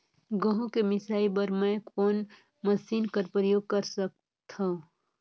गहूं के मिसाई बर मै कोन मशीन कर प्रयोग कर सकधव?